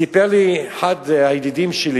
סיפר לי אחד הידידים שלי